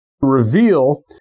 reveal